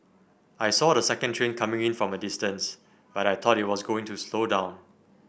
I saw the second train coming in from a distance but I thought it was going to slow down